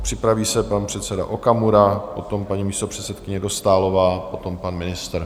Připraví se pan předseda Okamura, potom paní místopředsedkyně Dostálová, potom pan ministr.